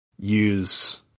use